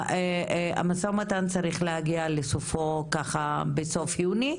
המשא ומתן צריך להגיע לסיומו ככה בסוף יוני,